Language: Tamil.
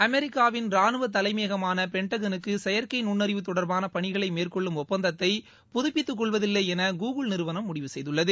அமெரிக்காவின் ரானுவ தலைமையகமான பென்டகனுக்கு செயற்கை நுண்ணறிவு தொடர்பான பணிகளை மேற்கொள்ளும் ஒப்பந்தத்தை புதுப்பித்துக்கொள்வதில்லை என கூகுள் நிறுவனம் முடிவு செய்துள்ளது